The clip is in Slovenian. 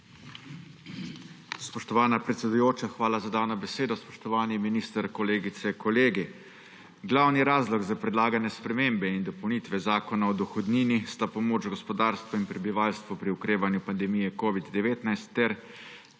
Spoštovana predsedujoča, hvala za besedo. Spoštovani minister, kolegice in kolegi! Glavni razlog za predlagane spremembe in dopolnitve Zakona o dohodnini sta pomoč gospodarstvu in prebivalstvu pri okrevanju pandemije covid-19 ter